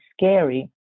scary